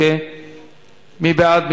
מי בעד?